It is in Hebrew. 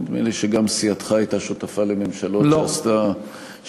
נדמה לי שגם סיעתך הייתה שותפה לממשלות שעשו, לא.